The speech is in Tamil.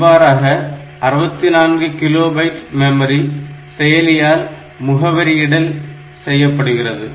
இவ்வாறாக 64 கிலோ பைட் மெமரி செயலியால் முகவரியிடல் செய்யப்படுகிறது